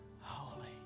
holy